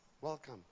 welcome